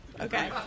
Okay